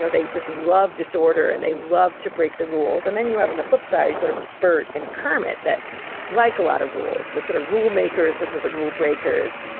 so they just love disorder and they love to break the rules, and then you have on and the flip-side sort of bert and kermit that like a lot of rules, the sort of rule makers versus the rule breakers.